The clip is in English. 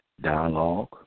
dialogue